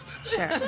Sure